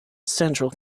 central